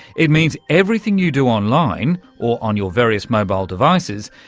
it means everything you do online, or on your various mobile devices,